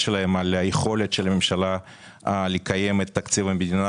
שלהם על היכולת של הממשלה לקיים את תקציב המדינה,